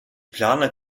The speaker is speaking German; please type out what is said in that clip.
planer